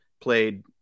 played